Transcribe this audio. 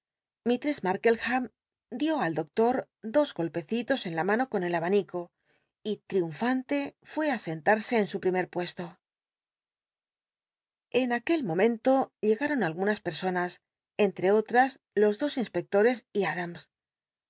ijarkleham dió al doctor dos golpcci tos en la mano con el abanico y ttiunfanle fué ti sentat'sc en su primer puesto en aquel momen to llegaron algunas personas entre otras los dos inspectores y atlams